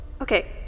Okay